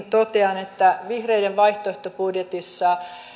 totean että vihreiden vaihtoehtobudjetissa